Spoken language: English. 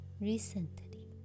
recently